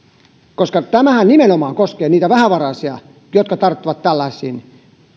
koska tämähän nimenomaan koskee niitä vähävaraisia jotka tarttuvat tällaisiin